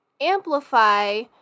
amplify